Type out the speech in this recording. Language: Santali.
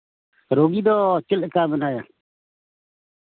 ᱨᱩᱜᱤ ᱫᱚ ᱪᱮᱫ ᱞᱮᱠᱟ ᱢᱮᱱᱟᱭᱟ